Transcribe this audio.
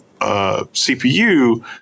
CPU